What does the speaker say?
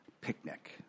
picnic